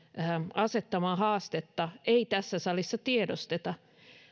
asettamaa haastetta ei tässä salissa tiedosteta